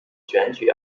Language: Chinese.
选举